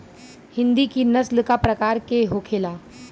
हिंदी की नस्ल का प्रकार के होखे ला?